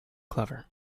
clever